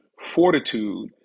fortitude